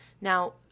Now